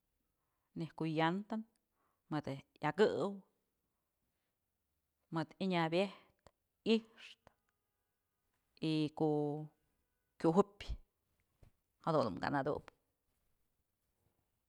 Nëij ko'o llanta mëdë yakëw, mëdë yënabyëjtë, i'ixtë y ko'o kyujupyë jadun ka'a nadupë.